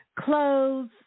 clothes